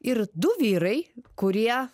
ir du vyrai kurie